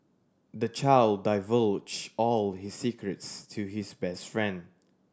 the child divulged all his secrets to his best friend